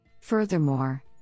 Furthermore